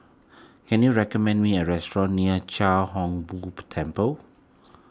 can you recommend me a restaurant near Chia Hung Boo Temple